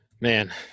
Man